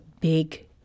big